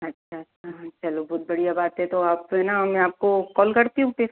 अच्छा अच्छा हाँ चलो बहुत बढ़िया बात है तो आप है न मैं आपको कॉल करती हूँ फिर